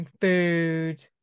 food